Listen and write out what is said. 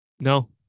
no